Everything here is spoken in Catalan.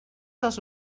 dels